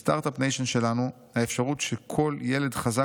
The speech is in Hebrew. בסטרטאפ ניישן שלנו האפשרות שכל ילד חזק